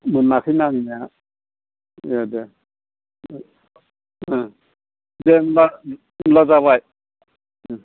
मोनाखैना आंनिया दे दे औ दे होनब्ला होनब्ला जाबाय